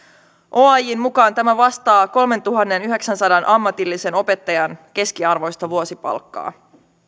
oajn mukaan tämä vastaa kolmentuhannenyhdeksänsadan ammatillisen opettajan keskiarvoista vuosipalkkaa